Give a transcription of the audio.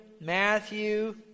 Matthew